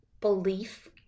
belief